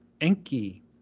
Enki